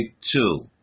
Two